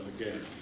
again